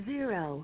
Zero